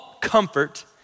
comfort